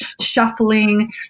shuffling